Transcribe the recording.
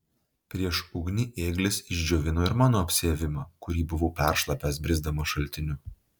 prieš ugnį ėglis išdžiovino ir mano apsiavimą kurį buvau peršlapęs brisdamas šaltiniu